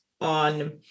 on